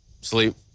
sleep